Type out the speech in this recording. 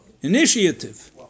Initiative